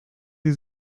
sie